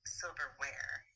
silverware